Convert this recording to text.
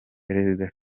perezida